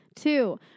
Two